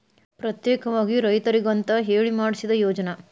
ಪ್ರತ್ಯೇಕವಾಗಿ ರೈತರಿಗಂತ ಹೇಳಿ ಮಾಡ್ಸಿದ ಯೋಜ್ನಾ